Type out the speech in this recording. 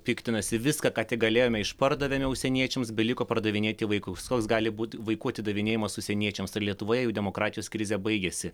piktinasi viską ką tik galėjome išpardavėme užsieniečiams beliko pardavinėti vaikus koks gali būt vaikų atidavinėjimas užsieniečiams ir lietuvoje jau demokratijos krizė baigėsi